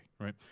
right